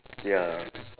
ya